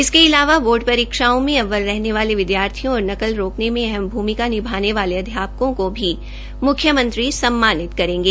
इसके अलावा बोर्ड परीक्षाओं में अव्वल रहने वाले विद्यार्थियों और नकल रोकने में अहम भूमिका निभाने वाले अध्यापकों को भी मुख्यमंत्री सम्मानित करेंगे